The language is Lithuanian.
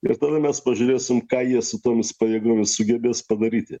ir tada mes pažiūrėsim ką jie su tomis pajėgomis sugebės padaryti